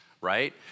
right